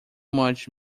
much